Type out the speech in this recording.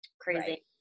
crazy